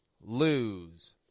lose